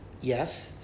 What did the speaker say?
yes